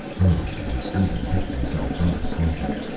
earl and steven picked themselves up slowly.